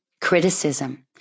Criticism